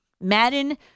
Madden